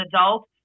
adult